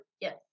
Yes